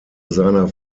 seiner